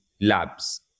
labs